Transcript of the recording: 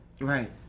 Right